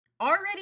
already